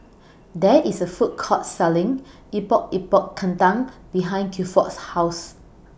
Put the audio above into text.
There IS A Food Court Selling Epok Epok Kentang behind Gilford's House